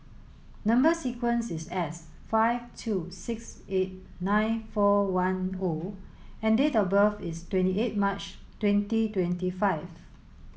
number sequence is S five two six eight nine four one O and date of birth is twenty eight March twenty twenty five